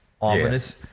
Ominous